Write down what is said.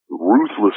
ruthless